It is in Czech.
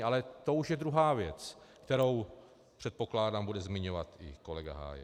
Ale to už je druhá věc, kterou, předpokládám, bude zmiňovat i kolega Hájek.